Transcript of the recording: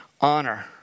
honor